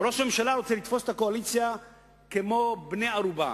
ראש הממשלה רוצה לתפוס את הקואליציה כמו בני ערובה,